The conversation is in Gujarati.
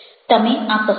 તમે આ કસોટી આપો